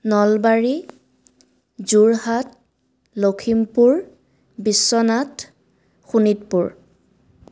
Nalbari Jorhat Lakhimpur Biswanath Sonitpur